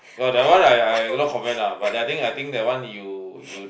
oh that one I I no comment ah but I think I think that one you you